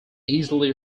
easily